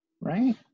Right